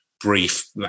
brief